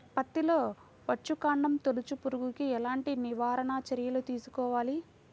పత్తిలో వచ్చుకాండం తొలుచు పురుగుకి ఎలాంటి నివారణ చర్యలు తీసుకోవాలి?